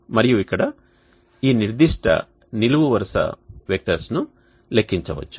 మరియు ఇక్కడ ఈ నిర్దిష్ట నిలువు వరుస వెక్టర్స్ ను లెక్కించవచ్చు